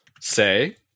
Say